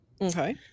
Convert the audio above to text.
Okay